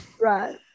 Right